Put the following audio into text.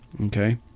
Okay